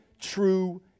true